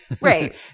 Right